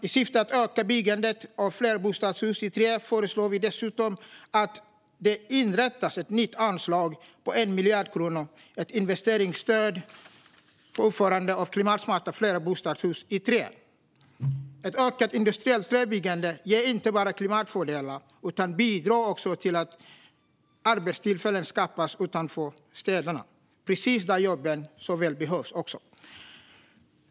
I syfte att öka byggandet av flerbostadshus i trä föreslår vi dessutom att det inrättas ett nytt anslag på 1 miljard kronor - ett investeringsstöd för uppförande av klimatsmarta flerbostadshus i trä. Ett ökat industriellt träbyggande ger inte bara klimatfördelar utan bidrar också till att arbetstillfällen skapas utanför städerna, precis där jobben så väl behövs.